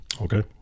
Okay